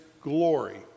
glory